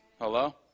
Hello